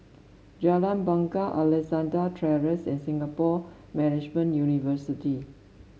Jalan Bungar Alexandra Terrace and Singapore Management University